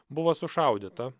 buvo sušaudyta